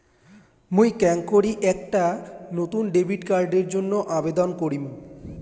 মুই কেঙকরি একটা নতুন ডেবিট কার্ডের জন্য আবেদন করিম?